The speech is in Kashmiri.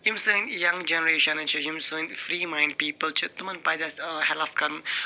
یِم سٲنۍ ینٛگ جنریشنٕز چھِ یِم سٲنۍ فری مایِنٛڈ پیٖپٕل چھِ تِمن پَزِ اَسہِ ہٮ۪لٕف کَرُن